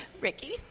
Ricky